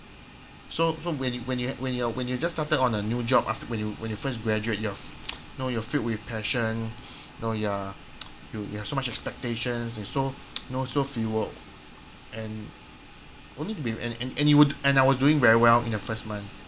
so so when you when you when you're when you're just started on a new job after when you when you first graduate you're know you're filled with passion know you're you have so much expectations and so know so fuelled and only been and and you would and I was doing very well in the first month